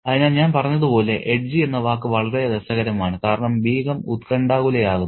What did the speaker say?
അതിനാൽ ഞാൻ പറഞ്ഞതുപോലെ എഡ്ജി എന്ന വാക്ക് വളരെ രസകരമാണ് കാരണം ബീഗം ഉത്കണ്ഠാകുലയാകുന്നു